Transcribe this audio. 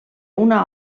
una